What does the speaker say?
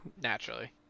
Naturally